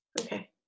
Okay